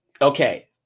Okay